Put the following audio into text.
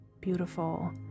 Beautiful